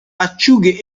acciughe